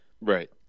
Right